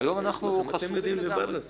50% על הרשות המקומית.